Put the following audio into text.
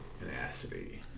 Tenacity